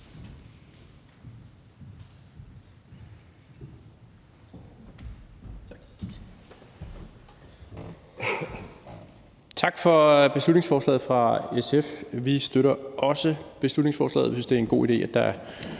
SF for beslutningsforslaget. Vi støtter også beslutningsforslaget. Vi synes, at det er en god idé, at der er